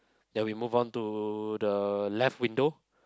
then we move on to the left window